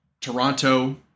Toronto